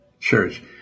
church